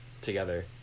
together